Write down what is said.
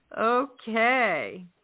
Okay